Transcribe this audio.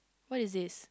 what is this